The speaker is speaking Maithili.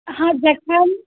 अहाँ जखन